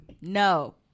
No